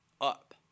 up